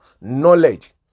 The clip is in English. Knowledge